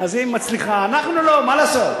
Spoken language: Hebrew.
אז היא מצליחה, ואנחנו לא, מה לעשות?